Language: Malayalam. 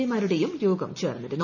എ മാരുടേയും യോഗം ചേർന്നിരുന്നു